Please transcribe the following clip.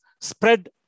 spread